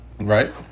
Right